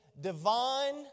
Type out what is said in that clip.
divine